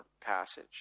passage